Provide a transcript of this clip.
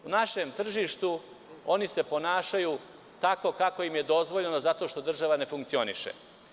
U našem tržištu oni se ponašaju tako kako im je dozvoljeno, zato što država ne funkcioniše.